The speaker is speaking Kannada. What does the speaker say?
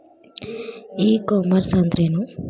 ಇ ಕಾಮರ್ಸ್ ಅಂದ್ರೇನು?